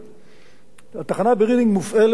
התחנה ברדינג מופעלת בגז.